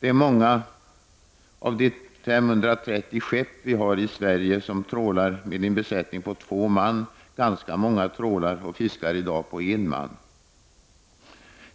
Det är många av de 530 skepp som finns i Sverige som trålar med en besättning på två man. Ganska många trålar och fiskar i dag med en man.